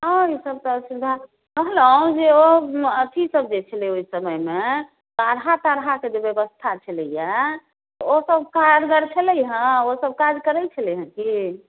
हँ ईसभ तऽ असुविधा कहलहुँ जे ओ अथीसभ जे छलैए ओहि समयमे काढ़ा ताढ़ाके जे व्यवस्था छलैए ओसभ कारगर छलै हेँ ओसभ काज करैत छलैए की